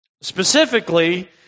Specifically